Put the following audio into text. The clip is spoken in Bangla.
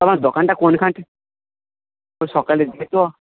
তোমার দোকানটা কোনখানটয় সকালের দিকে তো